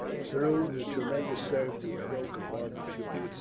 through the tremendous surf which broke upon the shore.